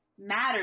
matters